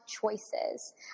choices